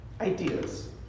Ideas